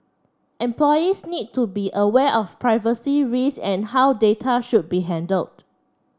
employees need to be aware of privacy risks and how data should be handled